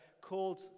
called